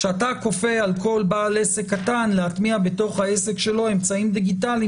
כשאתה כופה על כל עסק קטן להטמיע בתוך העסק שלו אמצעים דיגיטליים